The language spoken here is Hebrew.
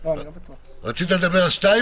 לא להתפרץ באמצע.